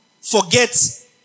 forget